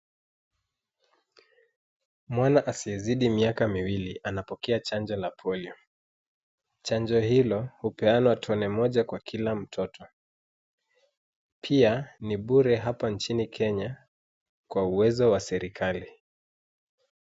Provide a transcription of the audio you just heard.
Mwana asiyezidi miaka miwili, anapokea chanjo la polio, chanjo hilo, hupeanwa tone moja kwa kila mtoto. Pia, ni bure hapa nchini Kenya, kwa uwezo wa serikali.